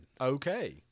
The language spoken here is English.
Okay